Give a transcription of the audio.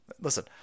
listen